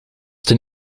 den